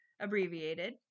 abbreviated